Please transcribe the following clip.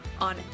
on